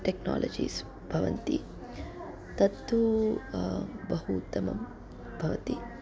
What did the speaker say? technologies भवन्ति तत्तु बहु उत्तमं भवति